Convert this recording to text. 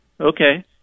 Okay